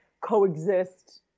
coexist